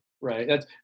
Right